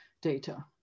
data